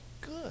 good